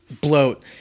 bloat